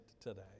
today